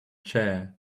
chair